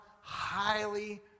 highly